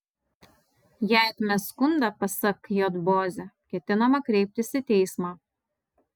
jei atmes skundą pasak j bozio ketinama kreiptis į teismą